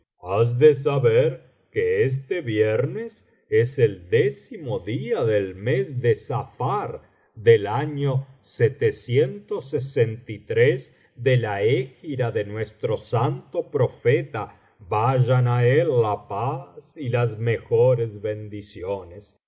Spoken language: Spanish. que este viernes es el décimo día del mes de safar del año de la hégira de nuestro santo profeta vayan á él la paz y las mejores bendiciones